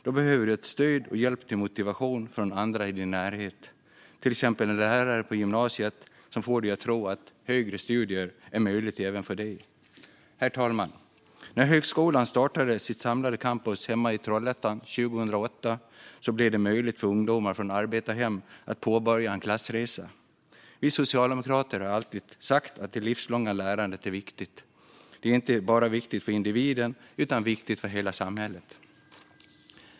Då behöver du stöd och hjälp till motivation från andra i din närhet, till exempel en lärare på gymnasiet som får dig att tro att högre studier är möjligt även för dig. Herr talman! När högskolan startade sitt samlade campus hemma i Trollhättan 2008 blev det möjligt för ungdomar från arbetarhem att påbörja en klassresa. Vi socialdemokrater har alltid sagt att det livslånga lärandet är viktigt. Det är viktigt inte bara för individen utan för hela samhället.